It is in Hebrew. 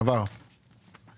הצבעה עבר פה אחד.